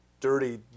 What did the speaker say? dirty